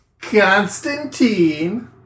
Constantine